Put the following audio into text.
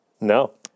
No